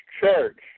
church